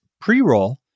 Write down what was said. pre-roll